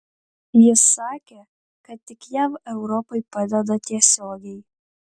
jis sakė kad tik jav europai padeda tiesiogiai